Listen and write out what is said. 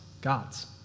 gods